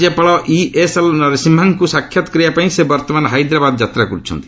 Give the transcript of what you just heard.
ରାଜ୍ୟପାଳ ଇଏସ୍ଏଲ୍ ନରସିହ୍କାଙ୍କୁ ସାକ୍ଷାତ କରିବାପାଇଁ ସେ ବର୍ତ୍ତମାନ ହାଇଦ୍ରାବାଦ୍ ଯାତ୍ରା କର୍ଚ୍ଛନ୍ତି